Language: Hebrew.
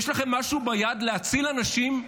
יש לכם משהו ביד להציל אנשים,